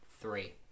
three